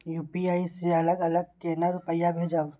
UPI से अलग अलग केना रुपया भेजब